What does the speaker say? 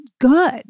good